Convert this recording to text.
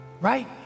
Right